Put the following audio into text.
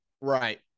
Right